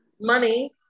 money